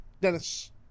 Dennis